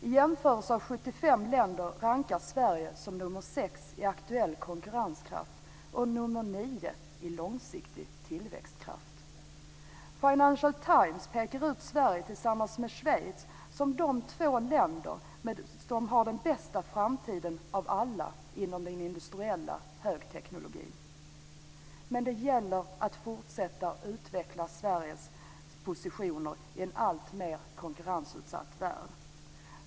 I jämförelse med 75 länder rankas Sverige som nummer sex i aktuell konkurrenskraft och som nummer nio i långsiktig tillväxtkraft. Financial Times pekar ut Sverige tillsammans med Schweiz som de två länder som har den bästa framtiden av alla inom den industriella högteknologin. Men det gäller att fortsätta att utveckla Sveriges positioner i en alltmer konkurrensutsatt värld.